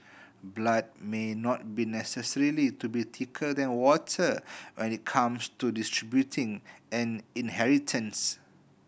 blood may not be necessarily be thicker than water when it comes to distributing an inheritance